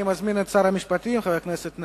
אני מזמין את שר המשפטים יעקב נאמן.